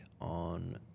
on